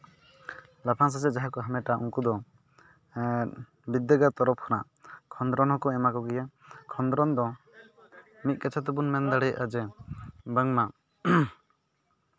ᱞᱟᱯᱷᱟᱝ ᱥᱮᱪᱮᱫ ᱡᱟᱦᱟᱸᱭ ᱠᱚ ᱦᱟᱢᱮᱴᱟ ᱩᱱᱠᱩ ᱫᱚ ᱵᱤᱫᱽᱫᱟᱹᱜᱟᱲ ᱛᱚᱨᱚᱯ ᱠᱷᱚᱱᱟᱜ ᱠᱷᱚᱸᱫᱽᱨᱚᱱ ᱦᱚᱸᱠᱚ ᱮᱢᱟ ᱠᱚᱜᱮᱭᱟ ᱠᱷᱚᱸᱫᱽᱨᱚᱱ ᱫᱚ ᱢᱤᱫ ᱠᱟᱛᱷᱟ ᱛᱮᱵᱚᱱ ᱢᱮᱱ ᱫᱟᱲᱮᱭᱟᱜᱼᱟ ᱡᱮ ᱵᱟᱝᱢᱟ